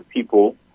People